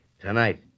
Tonight